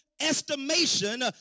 estimation